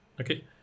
okay